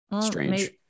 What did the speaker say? strange